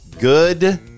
good